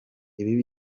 ibi